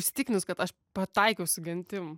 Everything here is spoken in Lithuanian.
įsitikinus kad aš pataikiau su gentim